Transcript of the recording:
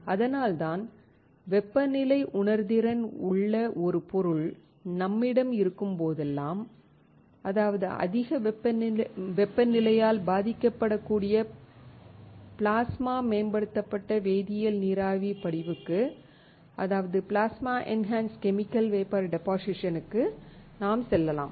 அதனால்தான் வெப்பநிலை உணர்திறன் உள்ள ஒரு பொருள் நம்மிடம் இருக்கும்போதெல்லாம் அதாவது அதிக வெப்பநிலையால் பாதிக்கப்படக்கூடிய பிளாஸ்மா மேம்படுத்தப்பட்ட வேதியியல் நீராவி படிவுக்கு அதாவது Plasma Enhanced Chemical Vapor Deposition க்கு நாம் செல்லலாம்